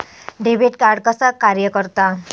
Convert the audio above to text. Debit card कसा कार्य करता?